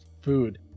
food